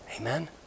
Amen